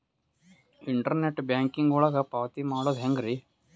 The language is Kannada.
ಇಂಟರ್ನೆಟ್ ಬ್ಯಾಂಕಿಂಗ್ ಒಳಗ ಪಾವತಿ ಮಾಡೋದು ಹೆಂಗ್ರಿ?